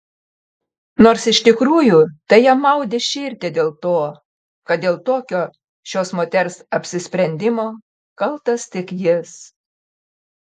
nors iš tikrųjų tai jam maudė širdį dėl to kad dėl tokio šios moters apsisprendimo kaltas tik jis